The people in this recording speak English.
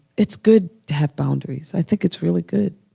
it's good to have boundaries, i think it's really good.